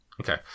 Okay